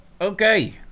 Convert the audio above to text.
Okay